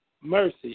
mercy